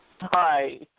Hi